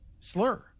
slur